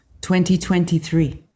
2023